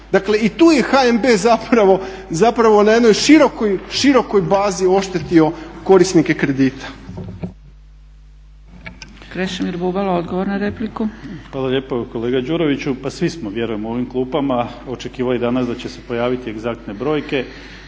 Dakle i tu je HNB zapravo na jednoj širokoj bazi oštetio korisnike kredita.